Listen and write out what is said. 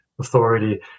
authority